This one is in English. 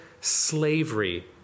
slavery